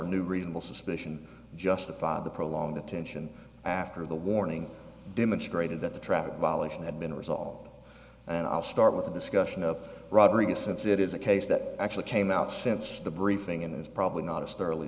or new reasonable suspicion justified the prolonged attention after the warning demonstrated that the traffic violation had been resolved and i'll start with the discussion of robbery since it is a case that actually came out since the briefing and it's probably not a